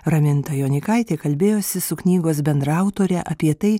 raminta jonykaitė kalbėjosi su knygos bendraautore apie tai